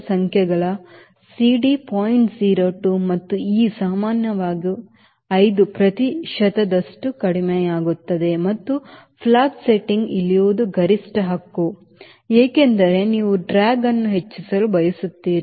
02 ಮತ್ತು e ಸಾಮಾನ್ಯವಾಗಿ 5 ಪ್ರತಿಶತದಷ್ಟು ಕಡಿಮೆಯಾಗುತ್ತದೆ ಮತ್ತು ಫ್ಲಾಪ್ ಸೆಟ್ಟಿಂಗ್ ಇಳಿಯುವುದು ಗರಿಷ್ಠ ಹಕ್ಕು ಏಕೆಂದರೆ ನೀವು ಡ್ರ್ಯಾಗ್ ಅನ್ನು ಹೆಚ್ಚಿಸಲು ಬಯಸುತ್ತೀರಿ